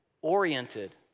oriented